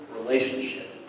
relationship